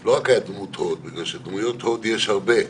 לא רק דמות הוד מכיוון שדמויות הוד יש הרבה,